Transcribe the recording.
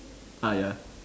ah ya